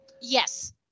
Yes